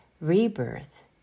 rebirth